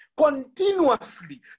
continuously